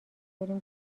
بریم